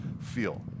feel